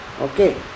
Okay